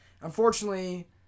unfortunately